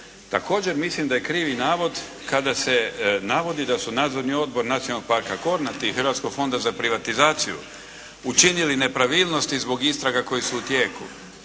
Također mislim da je krivi navod kada se navodi da su nadzorni odbori Nacionalnog parka Kornati Hrvatskog fonda za privatizaciju učinili nepravilnosti zbog istraga koje su u tijeku.